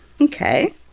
Okay